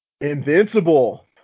invincible